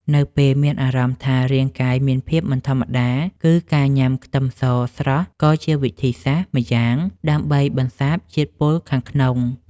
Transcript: នៅពេលមានអារម្មណ៍ថារាងកាយមានភាពមិនធម្មតាគឺការញ៉ាំខ្ទឹមសស្រស់ក៏ជាវិធីសាស្ត្រម្យ៉ាងដើម្បីបន្សាបជាតិពុលខាងក្នុង។